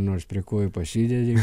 nors prie kojų pasidedi